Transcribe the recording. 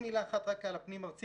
רק עוד מילה אחת על הפנים-ארצי,